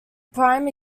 prime